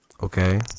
okay